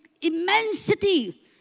immensity